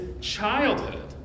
childhood